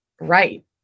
Right